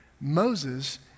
Moses